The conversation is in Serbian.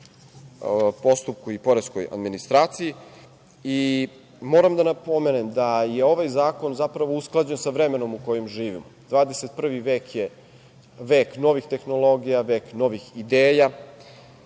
postupku i poreskoj administraciji. Moram da napomenem da je ovaj zakon usklađen sa vremenom u kojem živimo, 21. vek je vek novih tehnologija, vek novih ideja,